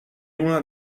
una